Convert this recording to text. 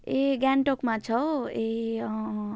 ए ग्यान्टोकमा छौ ए अँ